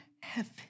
heaven